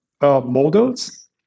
models